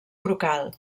brocal